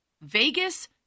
Vegas